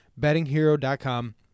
BettingHero.com